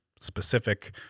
specific